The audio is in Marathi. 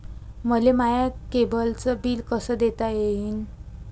मले माया केबलचं बिल कस देता येईन?